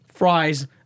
Fries